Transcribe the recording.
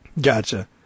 gotcha